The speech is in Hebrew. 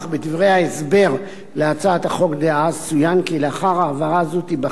בדברי ההסבר להצעת החוק דאז צוין כי לאחר העברה זו תיבחן